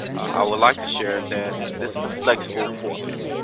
i would like to share that this is a flexible format.